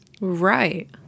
Right